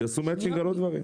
שיעשו התאמה על עוד דברים.